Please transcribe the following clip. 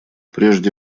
прежде